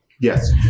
Yes